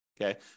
Okay